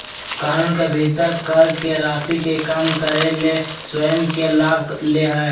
कानून के भीतर कर के राशि के कम करे ले स्वयं के लाभ ले हइ